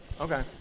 Okay